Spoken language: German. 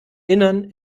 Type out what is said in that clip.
innern